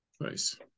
Nice